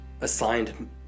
assigned